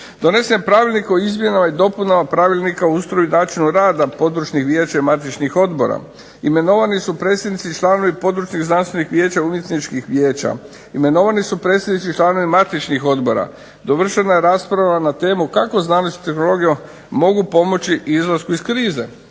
Donesen je Pravilnik o izmjenama i dopunama Pravilnika o ustroju i načinu rada područnog vijeća i matičnih odbora. Imenovani su predsjednici i članovi Područnih znanstvenih vijeća, umjetničkih vijeća, imenovani su predsjednički članovi matičnih odbora, dovršena je rasprava na temu kako znanost i tehnologija mogu pomoći izlasku iz krize,